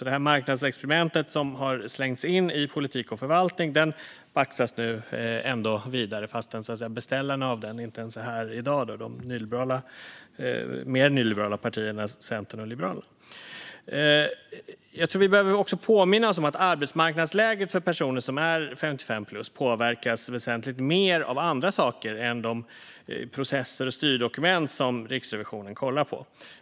Det marknadsexperiment som har slängts in i politik och förvaltning baxas ändå vidare, trots att beställaren av det inte ens är här i kammaren i dag, det vill säga de mer nyliberala partierna Centern och Liberalerna. Jag tror att vi behöver påminna oss om att arbetsmarknadsläget för personer som är 55-plus påverkas väsentligt mer av andra saker än de processer och styrdokument som Riksrevisionen kollar på.